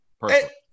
personally